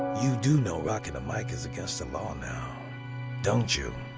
you do know rocking the mic is against the law now don't you,